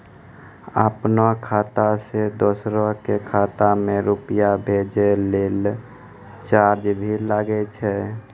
आपनों खाता सें दोसरो के खाता मे रुपैया भेजै लेल चार्ज भी लागै छै?